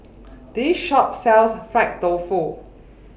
This Shop sells Fried Tofu